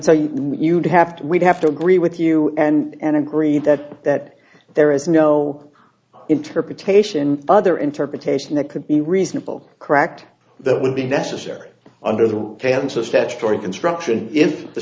mean you'd have to we'd have to agree with you and agree that that there is no interpretation other interpretation that could be reasonable correct that would be necessary under the hands of statutory construction if the